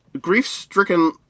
Grief-stricken